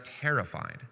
terrified